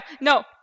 No